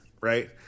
Right